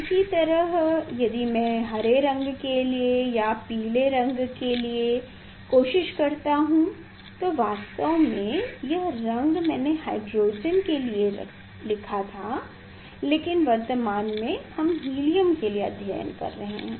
इसी तरह अगर मैं हरे रंग के लिए या पीले रंग के लिए कोशिश करता हूं तो वास्तव में यह रंग मैंने हाइड्रोजन के लिए लिखा था लेकिन वर्तमान में हम हीलियम के लिए अध्ययन कर रहे हैं